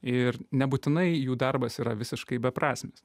ir nebūtinai jų darbas yra visiškai beprasmis